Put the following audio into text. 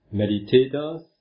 meditators